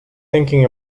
thinking